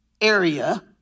area